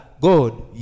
God